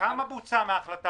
כמו אילת וכמו ים המלח,